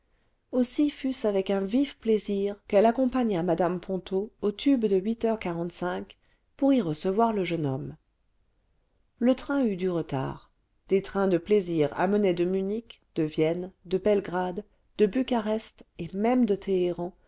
aussi fut-ce avec un vif plaisir qu'elle accompagna mmc ponto au tube de huit heures quarante-cinq pour y recevoir le jeune homme le train eut du retard des trains de plaisir amenaient de munich de vienne de belgrade de bucharest et même de téhéran